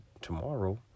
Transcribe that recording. tomorrow